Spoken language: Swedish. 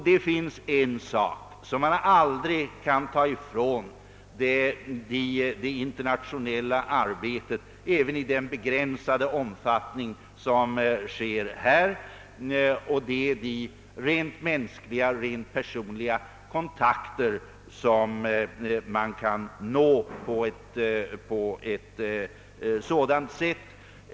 Det finns en sak som man aldrig kan ta ifrån det internationella arbetet, även i den begränsade omfattning som det har i detta sammanhang, och det är de rent mänskliga och personliga kontakter som kan nås på ett sådant sätt.